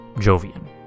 Jovian